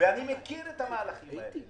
מכיר את המהלכים האלה.